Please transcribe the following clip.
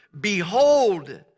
behold